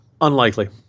Unlikely